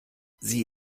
sie